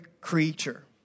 creature